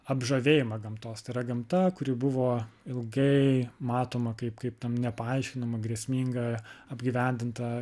apžavėjimą gamtos tai yra gamta kuri buvo ilgai matoma kaip kaip tam nepaaiškinama grėsminga apgyvendinta